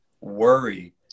worry